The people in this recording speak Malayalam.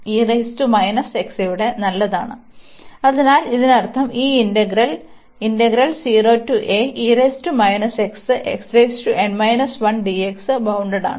ഇവിടെ നല്ലതാണ് അതിനാൽ ഇതിനർത്ഥം ഈ ഇന്റഗ്രൽ ബൌൺണ്ടഡാണ്